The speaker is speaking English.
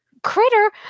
Critter